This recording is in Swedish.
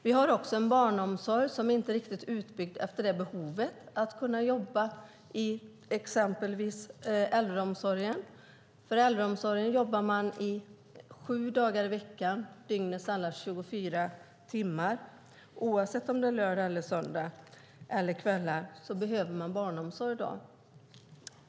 Vi har också en barnomsorg som inte riktigt är utbyggd efter behovet för dem som jobbar inom exempelvis äldreomsorgen, för i äldreomsorgen jobbar man sju dagar i veckan, dygnets alla 24 timmar. Oavsett om det är lördag, söndag eller kvällar behöver man barnomsorg.